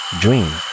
dream